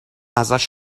ازش